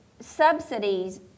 subsidies